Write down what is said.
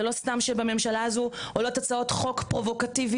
זה לא סתם שבממשלה הזו עולות הצעות חוק פרובוקטיביות,